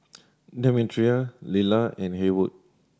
Demetria Lila and Haywood